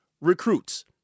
recruits